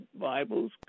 Bibles